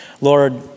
Lord